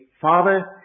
Father